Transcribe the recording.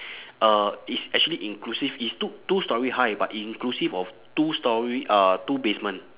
uh it's actually inclusive it's two two storey high but inclusive of two storey uh two basement